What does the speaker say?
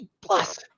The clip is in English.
plus